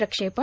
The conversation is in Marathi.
प्रक्षेपण